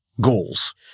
goals